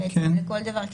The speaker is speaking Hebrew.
לכל דבר,